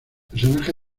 personaje